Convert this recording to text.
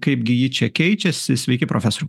kaipgi ji čia keičiasi sveiki profesoriau